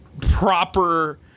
proper